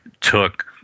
took